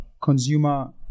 consumer